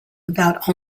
without